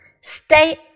Stay